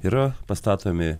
yra pastatomi